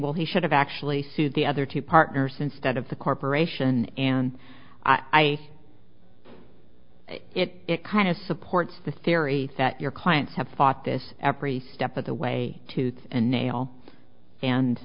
well he should have actually sued the other two partners instead of the corporation and i it it kind of supports the theory that your clients have fought this after a step of the way tooth and nail and